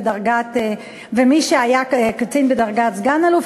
ומי שהיה קצין בדרגת סגן-אלוף,